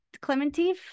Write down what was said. Clementine